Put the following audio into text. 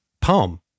Palm